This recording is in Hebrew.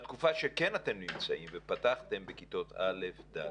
בתקופה שכן אתם נמצאים ופתחתם בכיתות א'-ד',